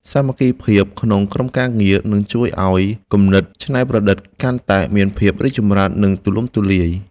សាមគ្គីភាពក្នុងក្រុមការងារនឹងជួយឱ្យគំនិតច្នៃប្រឌិតកាន់តែមានភាពរីកចម្រើន និង ទូលំទូលាយ។